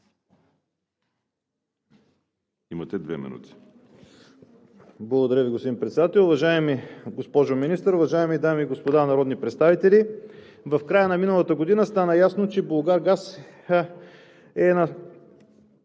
за България): Благодаря Ви, господин Председател. Уважаема госпожо Министър, уважаеми дами и господа народни представители! В края на миналата година стана ясно, че „Булгаргаз“ обяви,